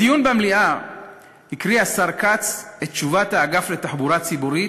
בדיון במליאה הקריא השר כץ את תשובת האגף לתחבורה ציבורית,